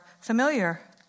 familiar